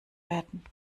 werden